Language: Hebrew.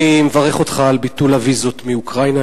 אני מברך אותך על ביטול הוויזות מאוקראינה.